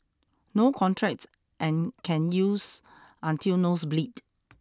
no contract and can use until nose bleed